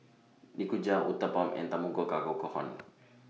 Nikujaga Uthapam and Tamago Kake Gohan